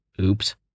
Oops